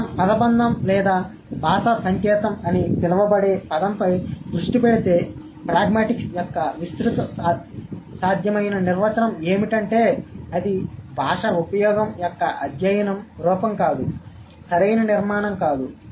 కాబట్టి మనం పదబంధం లేదా భాషా సంకేతం అని పిలువబడే పదంపై దృష్టి పెడితే ప్రాగ్మాటిక్స్ యొక్క విస్తృత సాధ్యమైన నిర్వచనం ఏమిటంటే అది భాష ఉపయోగం యొక్క అధ్యయనం రూపం కాదు సరైన నిర్మాణం కాదు